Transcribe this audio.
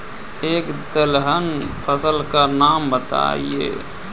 एक दलहन फसल का नाम बताइये